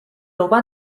有关